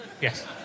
Yes